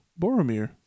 Boromir